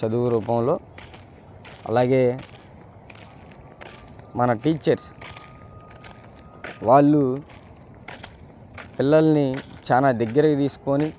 చదువు రూపంలో అలాగే మన టీచర్స్ వాళ్ళు పిల్లలని చాలా దగ్గరకు తీసుకోని